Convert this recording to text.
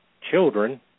children